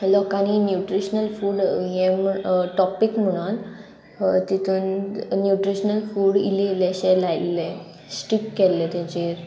लोकांनी nutritional food हें topic म्हणोन तितून न्युट्रिशनल फूड इल्लें इल्लें शें लायिल्लें स्टीक केल्लें तेजेर